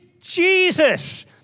Jesus